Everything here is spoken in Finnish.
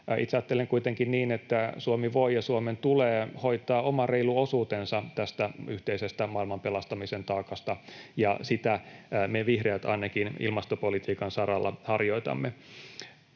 Itse ajattelen kuitenkin niin, että Suomi voi ja Suomen tulee hoitaa oma reilu osuutensa tästä yhteisestä maailman pelastamisen taakasta, ja sitä me vihreät ainakin ilmastopolitiikan saralla harjoitamme.